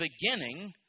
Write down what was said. beginning